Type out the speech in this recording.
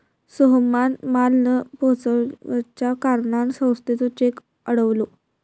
सोहमान माल न पोचवच्या कारणान संस्थेचो चेक अडवलो